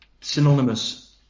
synonymous